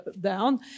down